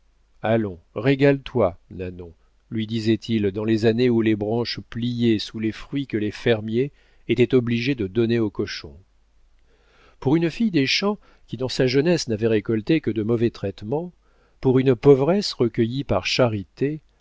l'arbre allons régale toi nanon lui disait-il dans les années où les branches pliaient sous les fruits que les fermiers étaient obligés de donner aux cochons pour une fille des champs qui dans sa jeunesse n'avait récolté que de mauvais traitements pour une pauvresse recueillie par charité